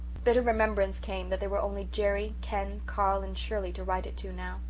bitter remembrance came that there were only jerry, ken, carl and shirley to write it to now.